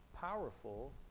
powerful